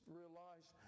realize